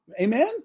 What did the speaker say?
Amen